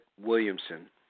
Williamson